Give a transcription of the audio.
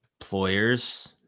employers